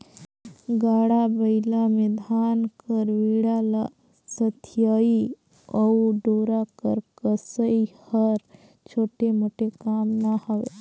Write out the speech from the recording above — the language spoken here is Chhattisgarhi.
गाड़ा बइला मे धान कर बीड़ा ल सथियई अउ डोरा कर कसई हर छोटे मोटे काम ना हवे